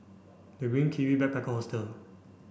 the Green Kiwi Backpacker Hostel